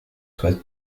soient